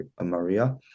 Maria